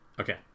Okay